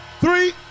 three